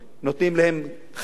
נותנים להם חשמל,